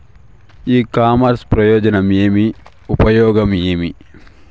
ఇ commerce ప్రయోజనం ఏమి? ఉపయోగం ఏమి?